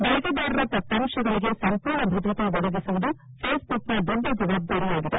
ಬಳಕೆದಾರರ ದತ್ತಾಂಶಗಳಿಗೆ ಸಂಪೂರ್ಣ ಭದ್ರತೆ ಒದಗಿಸುವುದು ಫೇಸ್ಬುಕ್ನ ದೊಡ್ಡ ಜವಾಬ್ದಾರಿಯಾಗಿದೆ